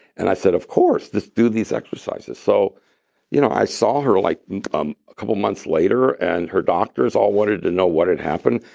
and i said, of course. just do these exercises. so you know i saw here like um a couple months later, and her doctors all wanted to know what had happened,